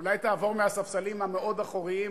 אולי תעבור מהספסלים המאוד אחוריים?